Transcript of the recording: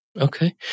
Okay